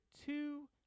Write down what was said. two